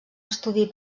estudi